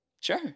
Sure